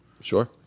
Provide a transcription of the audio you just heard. Sure